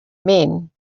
men